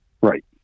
Right